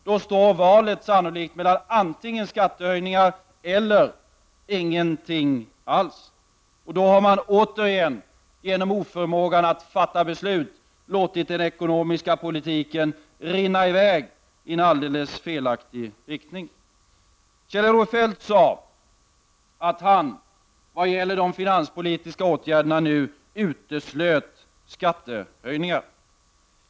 Då står valet sannolikt mellan skattehöjningar eller ingenting alls. Då har regeringen återigen genom sin oförmåga att fatta beslut låtit den ekonomiska politiken rinna i väg i en alldeles felaktig riktning. Kjell-Olof Feldt sade att han vad gäller de finanspolitiska åtgärderna nu uteslöt skattehöjningar.